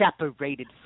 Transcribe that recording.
separated